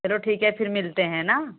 चलो ठीक है फिर मिलते हैं ना